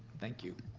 thank you.